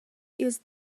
ils